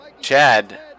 Chad